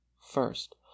First